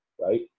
right